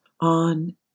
on